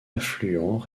affluents